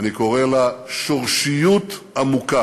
אני קורא לה שורשיות עמוקה.